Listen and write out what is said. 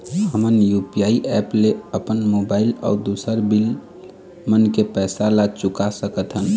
हमन UPI app ले अपन मोबाइल अऊ दूसर बिल मन के पैसा ला चुका सकथन